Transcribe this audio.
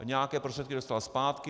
Nějaké prostředky dostal zpátky.